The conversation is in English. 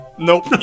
Nope